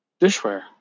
Dishware